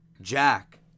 Jack